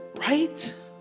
Right